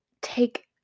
take